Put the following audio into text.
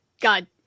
God